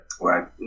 right